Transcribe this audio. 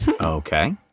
Okay